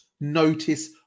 notice